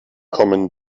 kommen